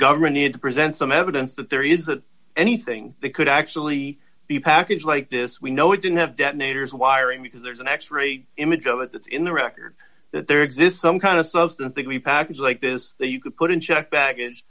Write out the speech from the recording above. government need to present some evidence that there is that anything that could actually be packaged like this we know it didn't have detonators wiring because there's an x ray image of it that's in the record that there exists some kind of substantively package like this that you could put in checked baggage